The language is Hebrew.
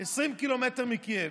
20 ק"מ מקייב.